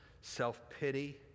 self-pity